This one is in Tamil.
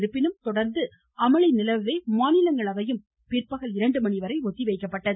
இருப்பினும் தொடர்ந்து அமளி நிலவவே மாநிலங்களவையும் பிற்பகல் இரண்டுமணி வரை ஒத்திவைக்கப்பட்டது